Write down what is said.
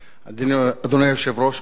אדוני היושב-ראש, כנסת נכבדה,